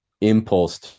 impulse